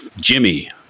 Jimmy